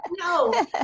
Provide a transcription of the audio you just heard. No